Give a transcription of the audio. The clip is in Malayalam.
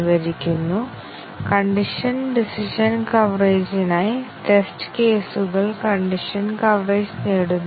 ഇപ്പോൾ സ്റ്റേറ്റ്മെന്റ് കവറേജ് ടെസ്റ്റിംഗ് ആയ ഏറ്റവും ലളിതമായ ടെസ്റ്റിംഗ് തന്ത്രം നമുക്ക് നോക്കാം